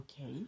Okay